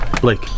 Blake